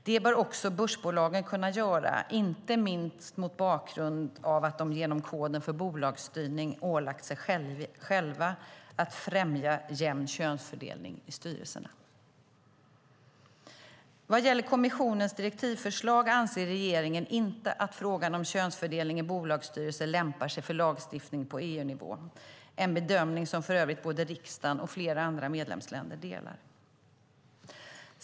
Det bör också börsbolagen kunna göra, inte minst mot bakgrund av att de genom koden för bolagsstyrning ålagt sig själva att främja jämn könsfördelning i styrelserna. Vad gäller kommissionens direktivförslag anser regeringen inte att frågan om könsfördelning i bolagsstyrelser lämpar sig för lagstiftning på EU-nivå, en bedömning som för övrigt både riksdagen och flera andra medlemsländer delar.